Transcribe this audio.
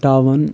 town